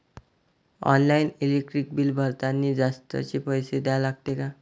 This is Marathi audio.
ऑनलाईन इलेक्ट्रिक बिल भरतानी जास्तचे पैसे द्या लागते का?